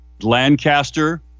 Lancaster